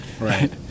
Right